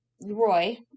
Roy